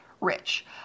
Rich